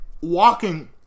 walking